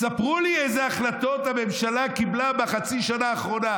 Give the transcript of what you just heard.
תספרו לי איזה החלטות הממשלה קיבלה בחצי שנה האחרונה.